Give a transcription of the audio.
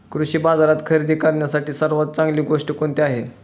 कृषी बाजारात खरेदी करण्यासाठी सर्वात चांगली गोष्ट कोणती आहे?